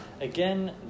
again